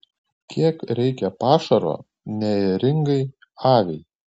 kiek reikia pašaro neėringai aviai